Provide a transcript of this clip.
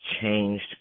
changed